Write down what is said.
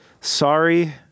sorry